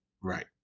Right